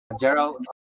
Gerald